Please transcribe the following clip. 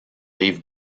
rive